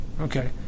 Okay